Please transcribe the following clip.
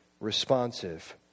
responsive